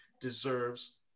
deserves